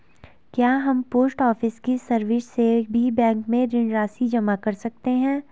क्या हम post office की सर्विस से भी बैंक में ऋण राशि जमा कर सकते हैं?